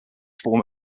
form